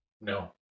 No